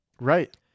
Right